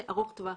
ארוך טווח,